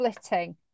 splitting